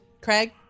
Craig